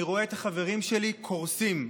אני רואה את החברים שלי קורסים,